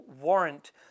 warrant